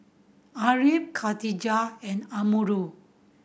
Ariff Katijah and Amirul